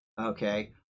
Okay